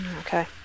Okay